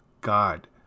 God